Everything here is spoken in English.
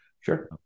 Sure